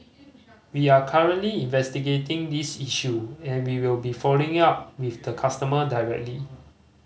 we are currently investigating this issue and we will be following up with the customer directly